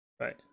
Right